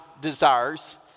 desires